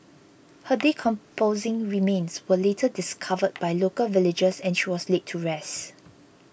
her decomposing remains were later discovered by local villagers and she was laid to rest